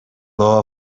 law